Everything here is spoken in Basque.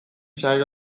sare